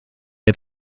had